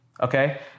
okay